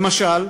למשל,